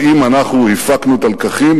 האם אנחנו הפקנו את הלקחים?